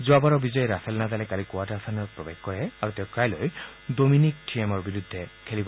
যোৱাবাৰৰ বিজয়ী ৰাফেল নাডালে কালি কোৱাৰ্টাৰ ফাইনেলত প্ৰৱেশ কৰে আৰু তেওঁ কাইলৈ ডমিনিক থিয়েমৰ বিৰুদ্ধে খেলিব